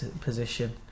position